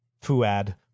Fuad